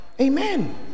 amen